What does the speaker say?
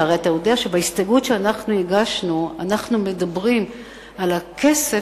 שהרי אתה יודע שבהסתייגות שאנחנו הגשנו אנחנו מדברים על הכסף,